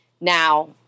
Now